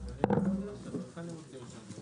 תודה רבה לכולם.